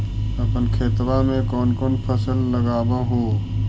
अपन खेतबा मे कौन कौन फसल लगबा हू?